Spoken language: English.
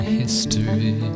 history